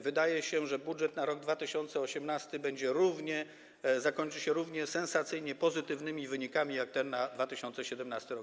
Wydaje się, że budżet na rok 2018 zakończy się równie sensacyjnie pozytywnymi wynikami jak ten na 2017 r.